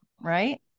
Right